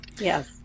yes